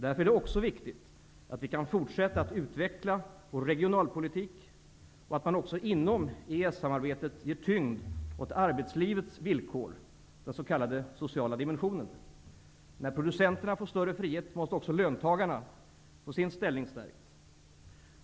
Därför är det också viktigt att vi kan fortsätta att utveckla vår regionalpolitik och att man också inom EES samarbetet ger tyngd åt arbetslivets villkor, den s.k. sociala dimensionen. När producenterna får större frihet måste också löntagarna få sin ställning stärkt.